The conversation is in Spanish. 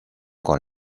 con